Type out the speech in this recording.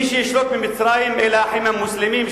מי שישלטו במצרים אלה "האחים המוסלמים",